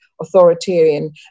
authoritarian